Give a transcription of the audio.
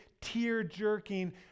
tear-jerking